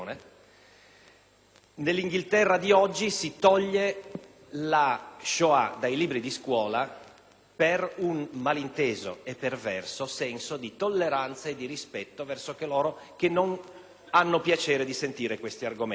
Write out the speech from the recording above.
nell'Inghilterra di oggi si toglie la Shoah dai libri di scuola per un malinteso e perverso senso di tolleranza e di rispetto verso coloro che non hanno piacere di sentire questi argomenti.